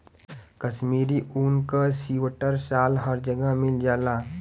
कशमीरी ऊन क सीवटर साल हर जगह मिल जाला